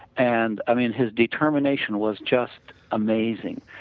and i mean his determination was just amazing.